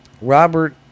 Robert